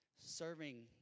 Serving